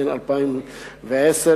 התש"ע 2010,